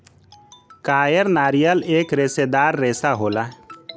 कायर नारियल एक रेसेदार रेसा होला